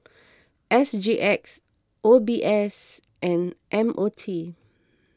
S G X O B S and M O T